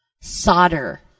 Solder